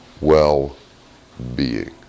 well-being